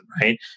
Right